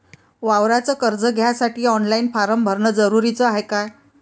वावराच कर्ज घ्यासाठी ऑनलाईन फारम भरन जरुरीच हाय का?